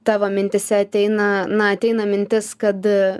tavo mintyse ateina na ateina mintis kad